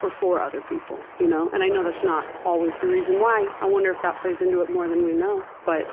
or for other people. you know and i know that's not always the reason why, i wonder if that plays into it more than we know, but